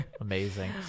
amazing